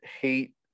hate